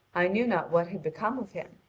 i knew not what had become of him.